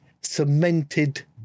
cemented